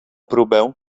próbę